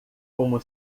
como